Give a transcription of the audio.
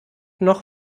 noch